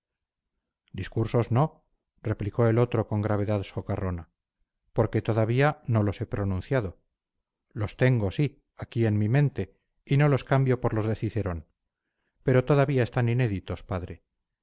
discursos no replicó el otro con gravedad socarrona porque todavía no los he pronunciado los tengo sí aquí en mi mente y no los cambio por los de cicerón pero todavía están inéditos padre